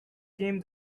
came